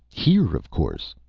here, of course,